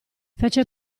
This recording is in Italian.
fece